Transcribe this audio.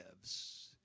lives